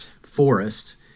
forest